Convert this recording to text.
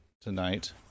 tonight